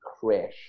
crash